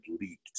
leaked